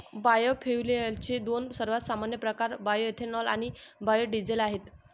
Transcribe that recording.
बायोफ्युएल्सचे दोन सर्वात सामान्य प्रकार बायोएथेनॉल आणि बायो डीझेल आहेत